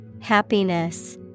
Happiness